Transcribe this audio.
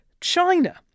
China